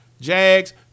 Jags